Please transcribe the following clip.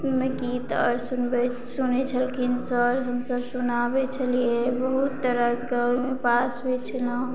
मे गीत और सुनबै सुनै छलखिन सर हमसब सुनाबै छलियै बहुत तरहके उपास होइ छलहुँ